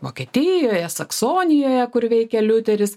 vokietijoje saksonijoje kur veikė liuteris